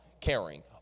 caring